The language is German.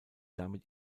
damit